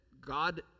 God